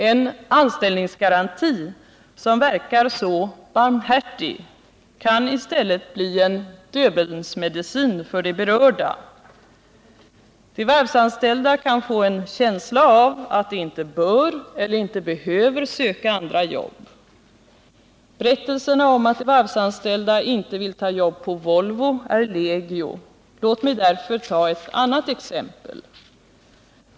En anställningsgaranti som verkar så barmhärtig kan i stället bli en Döbelnsmedicin för de berörda. De varvsanställda kan få en känsla av att de inte bör eller inte behöver söka andra jobb. Berättelserna om att de varvsanställda inte vill ta jobb på Volvo är legio. Låt mig därför ta ett annat exempel.